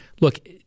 look